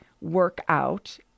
workout